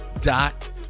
dot